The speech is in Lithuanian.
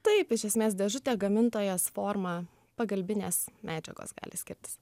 taip iš esmės dėžutė gamintojas forma pagalbinės medžiagos gali skirtis